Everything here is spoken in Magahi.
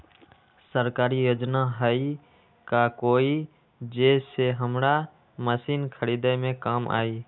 सरकारी योजना हई का कोइ जे से हमरा मशीन खरीदे में काम आई?